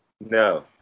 No